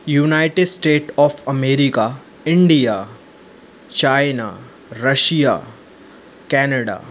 United States of America India China Russia Canada